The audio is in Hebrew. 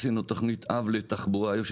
עשינו תכנית אב לתחבורה איו"ש.